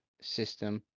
system